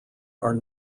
are